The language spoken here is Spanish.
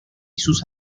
sus